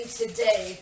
today